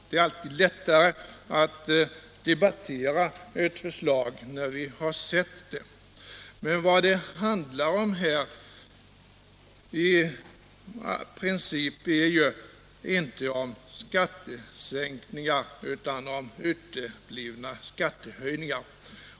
Det är alltid lättare att debattera ett förslag när det har framlagts. Vad det i princip handlar om är ju inte skattesänkningar utan uteblivna skattehöjningar.